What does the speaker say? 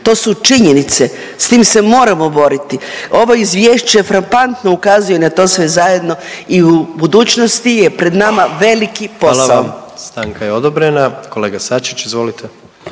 To su činjenice, s tim se moramo boriti. Ovo Izvješće frapantno ukazuje na to sve zajedno i u budućnosti je pred nama veliki posao. **Jandroković, Gordan (HDZ)** Hvala vam. Stanka je odobrena. Kolega Sačić, izvolite.